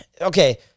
Okay